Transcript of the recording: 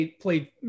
played